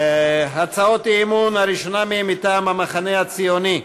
הצעות האי-אמון, הראשונה בהן מטעם המחנה הציוני: